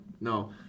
No